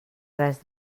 res